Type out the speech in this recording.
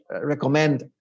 recommend